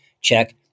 check